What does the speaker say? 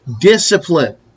discipline